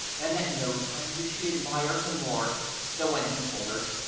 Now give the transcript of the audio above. and at no time did she admire him more than when he told her,